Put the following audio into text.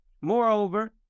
Moreover